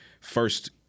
first